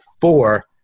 four